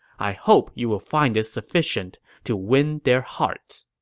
i hope you will find it sufficient to win their hearts.